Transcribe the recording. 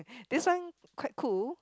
this one quite cool